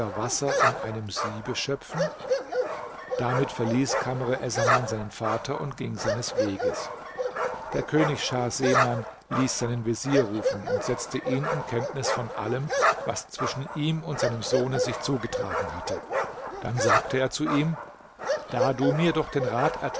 wasser in einem siebe schöpfen damit verließ kamr essaman seinen vater und ging seines weges der könig schah seman ließ seinen vezier rufen und setzte ihn in kenntnis von allem was zwischen ihm und seinem sohne sich zugetragen hatte dann sagte er zu ihm da du mir doch den rat